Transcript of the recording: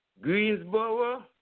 Greensboro